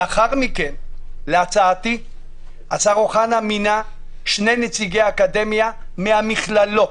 לאחר מכן להצעתי השר אוחנה מינה שני נציגי אקדמיה מהמכללות,